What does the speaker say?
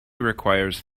requires